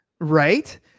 right